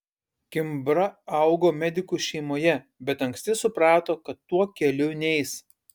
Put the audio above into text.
kimbra augo medikų šeimoje bet anksti suprato kad tuo keliu neis